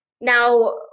now